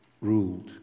ruled